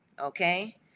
Okay